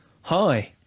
hi